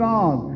God